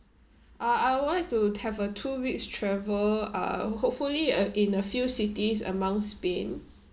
uh I want to have a two weeks travel uh hopefully uh in a few cities among spain